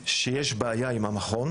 שיש לו בעיה עם המכון.